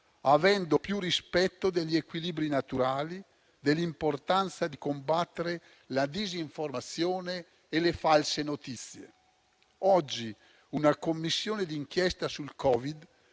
avendo più rispetto degli equilibri naturali, dell'importanza di combattere la disinformazione e le false notizie. Oggi una Commissione d'inchiesta sul Covid-19